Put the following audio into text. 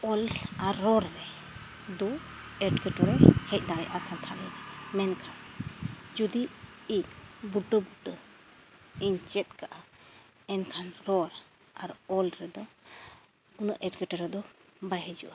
ᱚᱞ ᱟᱨ ᱨᱚᱲ ᱨᱮ ᱫᱚ ᱮᱸᱴᱠᱮᱴᱚᱬᱮ ᱦᱮᱡ ᱫᱟᱲᱮᱭᱟᱜᱼᱟ ᱥᱟᱱᱛᱟᱲᱤ ᱨᱮ ᱢᱮᱱᱠᱷᱟᱱ ᱡᱩᱫᱤ ᱤᱧ ᱵᱩᱴᱟᱹ ᱵᱩᱴᱟᱹ ᱤᱧ ᱪᱮᱫ ᱠᱟᱜᱼᱟ ᱮᱱᱠᱷᱟᱱ ᱨᱚᱲ ᱟᱨ ᱚᱞ ᱨᱮᱫᱚ ᱩᱱᱟᱹᱜ ᱮᱸᱴᱠᱮᱴᱚᱬᱮ ᱫᱚ ᱵᱟᱭ ᱦᱤᱡᱩᱜᱼᱟ